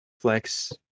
Flex